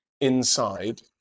inside